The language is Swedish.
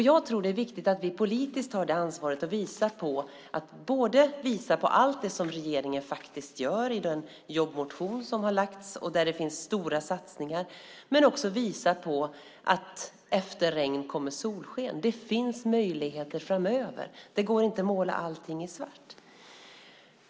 Jag tror att det är viktigt att vi politiskt tar ansvaret att både visa allt det som regeringen gör i den jobbmotion som har lagts fram, där det finns stora satsningar, och säga att det efter regn kommer solsken. Det finns möjligheter framöver. Det går inte att måla allting i svart.